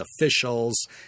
officials